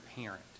parent